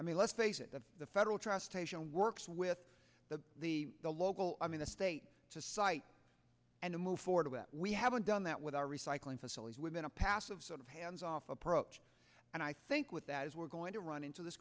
i mean let's face it of the federal trust haitian works with the the the local i mean the state to site and move forward with we haven't done that with our recycling facilities within a passive sort of hands off approach and i think with that is we're going to run into this